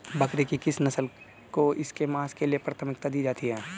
बकरी की किस नस्ल को इसके मांस के लिए प्राथमिकता दी जाती है?